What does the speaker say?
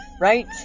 Right